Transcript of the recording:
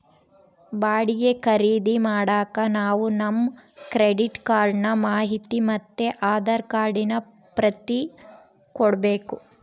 ಬಾಡಿಗೆ ಖರೀದಿ ಮಾಡಾಕ ನಾವು ನಮ್ ಕ್ರೆಡಿಟ್ ಕಾರ್ಡಿನ ಮಾಹಿತಿ ಮತ್ತೆ ಆಧಾರ್ ಕಾರ್ಡಿನ ಪ್ರತಿ ಕೊಡ್ಬಕು